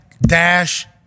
dash